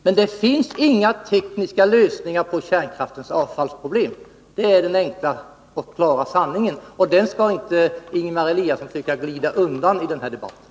Men det finns inga tekniska lösningar på kärnkraftens avfallsproblem. Det är den enkla och klara sanningen, och från den skall inte Ingemar Eliasson försöka glida undan i den här debatten.